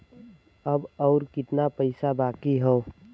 अब अउर कितना पईसा बाकी हव?